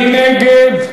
מי נגד?